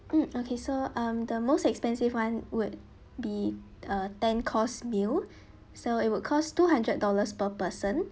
um okay um the most expensive one would be a ten course meal so it would cost two hundred dollars per person